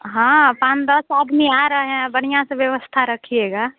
हाँ पाँच दस आदमी आ रहें हैं बढ़िया से व्यवस्था रखिएगा